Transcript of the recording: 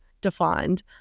defined